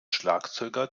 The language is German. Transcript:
schlagzeuger